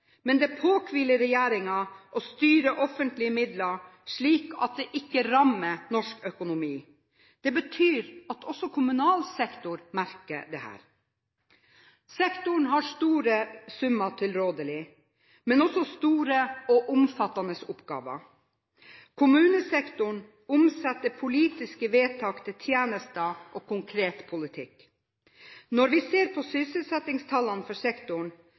men det påhviler regjeringen å styre offentlige midler slik at det ikke rammer norsk økonomi. Det betyr at også kommunal sektor merker dette. Sektoren har store summer til rådighet, men også store og omfattende oppgaver. Kommunesektoren omsetter politiske vedtak til tjenester og konkret politikk. Når vi ser på sysselsettingstallene for sektoren,